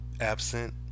absent